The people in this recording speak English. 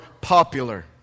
popular